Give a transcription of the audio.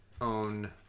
own